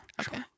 Okay